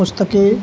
पुस्तके